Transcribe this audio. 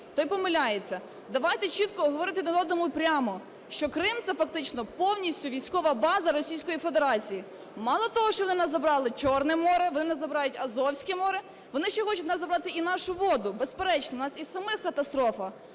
той помиляється. Давайте чітко говорити один одному прямо, що Крим – це фактично повністю військова база Російської Федерації. Мало того, що вони в нас забрали Чорне море, вони в нас забирають Азовське море, вони ще хочуть у нас забрати і нашу воду. Безперечно, в нас і в самих катастрофа